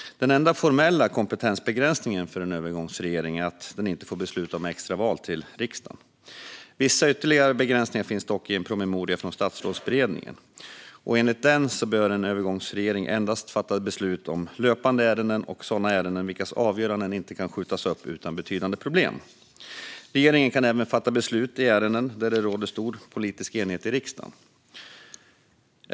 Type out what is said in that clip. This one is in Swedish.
Den enda formella kompetensbegränsningen för en övergångsregering är att den inte får besluta om extra val till riksdagen. Vissa ytterligare begränsningar finns dock i en promemoria från Statsrådsberedningen. Enligt den bör en övergångsregering endast fatta beslut om löpande ärenden och sådana ärenden vilkas avgöranden inte kan skjutas upp utan betydande problem. Regeringen kan även fatta beslut i ärenden där det råder stor politisk enighet i riksdagen.